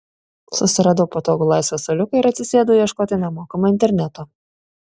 susiradau patogų laisvą suoliuką ir atsisėdau ieškoti nemokamo interneto